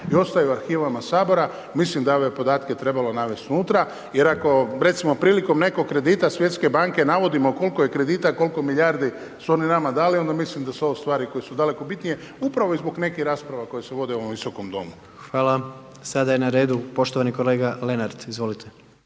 i ostaje u arhivima Sabora, mislim da je ove podatke trebalo navesti unutra jer ako recimo prilikom nekog kredita Svjetske banke navodimo koliko kredita koliko milijardi su oni nama dali, onda mislim da su ovo stvari koje su daleko bitnije upravo i zbog nekih rasprava koje se vode u ovom Visokom domu. **Jandroković, Gordan (HDZ)** Hvala. Sada je na redu poštovani kolega Lenart, izvolite.